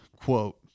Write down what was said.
quote